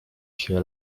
się